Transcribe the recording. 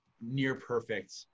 near-perfect